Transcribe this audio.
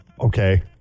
okay